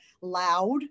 loud